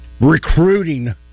recruiting